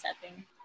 setting